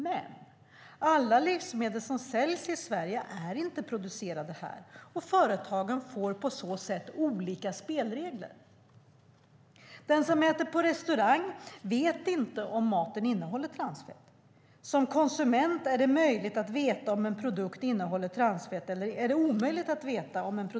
Men alla livsmedel som säljs i Sverige är inte producerade här, och företagen får på så sätt olika spelregler. Den som äter på restaurang vet inte om maten innehåller transfett. Som konsument är det omöjligt att veta om en produkt innehåller transfett eller inte.